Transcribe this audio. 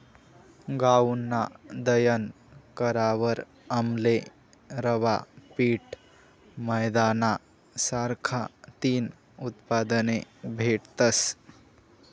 गऊनं दयन करावर आमले रवा, पीठ, मैदाना सारखा तीन उत्पादने भेटतस